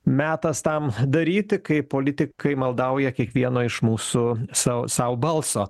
metas tam daryti kai politikai maldauja kiekvieno iš mūsų sau sau balso